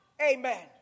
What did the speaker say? Amen